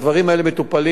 הדברים האלה מטופלים,